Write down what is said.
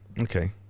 Okay